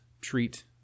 treat